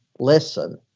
listen.